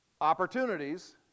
opportunities